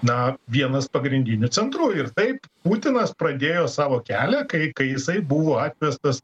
na vienas pagrindinių centrų ir taip putinas pradėjo savo kelią kai kai jisai buvo atvestas